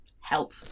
help